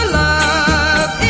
love